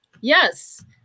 Yes